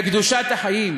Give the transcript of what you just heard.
וקדושת החיים